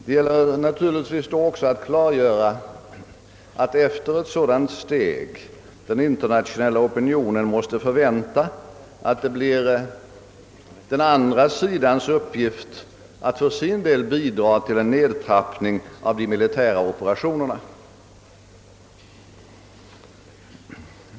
Det gäller naturligtvis då också att klargöra att efter ett sådant steg den internationella opinionen måste förvänta, att den andra sidan för sin del bidrar till en nedtrappning av de militära operationerna.